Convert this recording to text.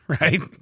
Right